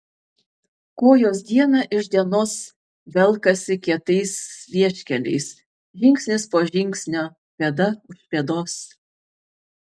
kojos diena iš dienos velkasi kietais vieškeliais žingsnis po žingsnio pėda už pėdos